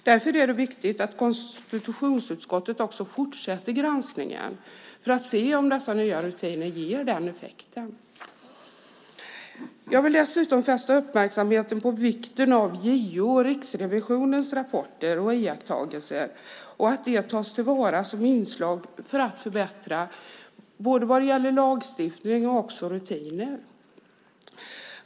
Det är viktigt att konstitutionsutskottet fortsätter granskningen för att se om de nya rutinerna ger den effekten. Jag vill också fästa uppmärksamheten på vikten av JO:s och Riksrevisionens rapporter och iakttagelser och att de tas till vara som inslag för att förbättra lagstiftning och rutiner.